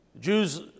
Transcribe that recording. Jews